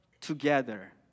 together